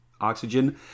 oxygen